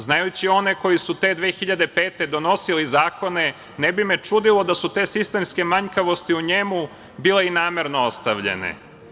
Znajući one koji su te 2005. godine donosili zakone, ne bi me čudilo da su te sistemske manjkavosti u njemu bile i namerno ostavljene.